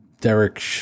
Derek –